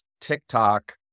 TikTok